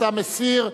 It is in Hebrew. אתה מסיר,